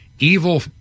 evil